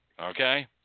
Okay